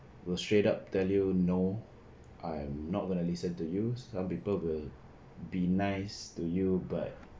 will straight up tell you you know I'm not gonna listen to you some people will be nice to you but